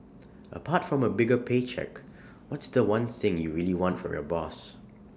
apart from A bigger pay cheque what's The One thing you really want from your boss